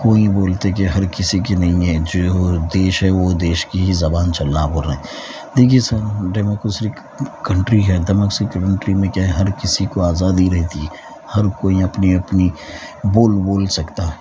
کوئی بولتے کہ ہر کسی کی نہیں ہے جو دیش ہے وہ دیش کی ہی زبان چلنا بول رہے دیکھیے سر ڈیموکریسک کنٹری ہے دمکسی کنٹری میں کیا ہے ہر کسی کو آزادی دیتی ہے ہر کوئی اپنی اپنی بول بول سکتا ہے